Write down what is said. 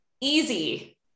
easy